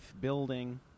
building